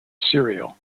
serial